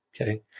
Okay